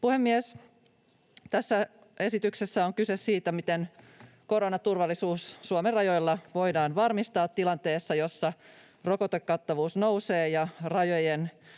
puhemies! Tässä esityksessä on kyse siitä, miten koronaturvallisuus Suomen rajoilla voidaan varmistaa tilanteessa, jossa rokotekattavuus nousee, rajojen